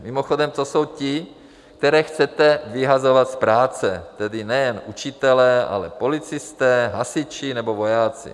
Mimochodem to jsou ti, které chcete vyhazovat z práce, tedy nejen učitelé, ale policisté, hasiči nebo vojáci.